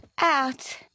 Out